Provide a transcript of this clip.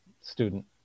student